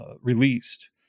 released